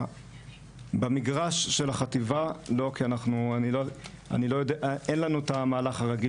במגרש של החטיבה אין לנו את המהלך הרגיל